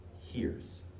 hears